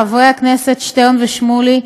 חברי הכנסת שטרן ושמולי,